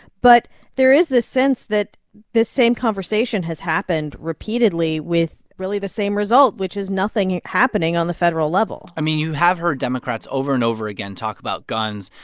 but there is this sense that this same conversation has happened repeatedly with, really, the same result, which is nothing happening on the federal level i mean, you have heard democrats over and over again talk about guns,